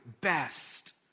best